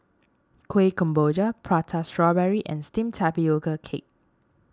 Kueh Kemboja Prata Strawberry and Steamed Tapioca Cake